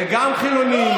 וגם חילונים.